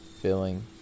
feeling